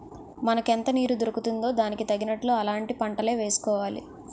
మనకెంత నీరు దొరుకుతుందో దానికి తగినట్లు అలాంటి పంటలే వేసుకోవాలి